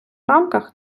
рамках